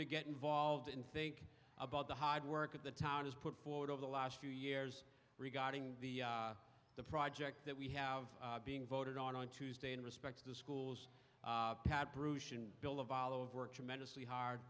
to get involved in think about the hard work of the town is put forward over the last few years regarding the the project that we have being voted on on tuesday in respect to the schools bill of all over a tremendously hard